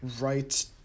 right